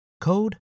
code